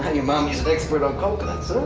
ah your mommy's an expert on coconuts, huh?